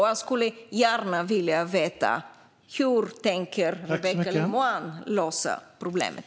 Jag skulle gärna vilja veta hur Rebecka Le Moine tänker lösa problemet.